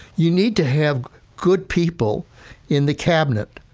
you need to have good people in the cabinet,